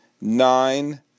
nine